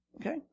okay